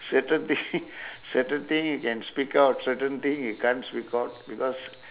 certain thi~ certain thing you can speak out certain thing you can't speak out because